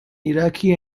iraqi